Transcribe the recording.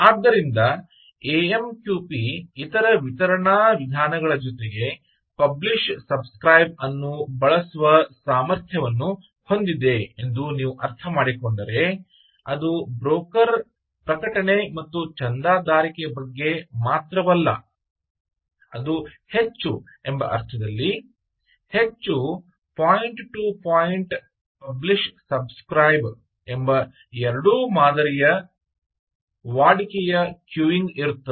ಆದ್ದರಿಂದ ಎಎಮ್ಕ್ಯುಪಿ ಇತರ ವಿತರಣಾ ವಿಧಾನಗಳ ಜೊತೆಗೆ ಪಬ್ಲಿಶ್ ಸಬ್ ಸ್ಕ್ರೈಬ್ ಅನ್ನು ಬಳಸುವ ಸಾಮರ್ಥ್ಯವನ್ನು ಹೊಂದಿದೆ ಎಂದು ನೀವು ಅರ್ಥಮಾಡಿಕೊಂಡರೆ ಅದು ಬ್ರೋಕರ್ ಪ್ರಕಟಣೆ ಮತ್ತು ಚಂದಾದಾರಿಕೆ ಬಗ್ಗೆ ಮಾತ್ರವಲ್ಲ ಅದು ಹೆಚ್ಚು ಎಂಬ ಅರ್ಥದಲ್ಲಿ ಹೆಚ್ಚು point to point publish subscribe ಎಂಬ ಎರಡೂ ಮಾದರಿ ವಾಡಿಕೆಯ ಕ್ಯೂಯಿಂಗ್ ಇರುತ್ತದೆ